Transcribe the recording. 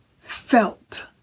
felt